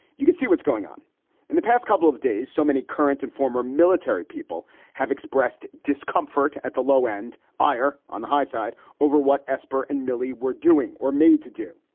you can see what's going on in the past couple of days. so many current and former military people have expressed discomfort at the low end ire on the high side over what esper and milley were doing or made to do.